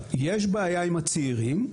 יש בעיה עם הצעירים,